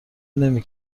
نمی